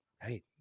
hey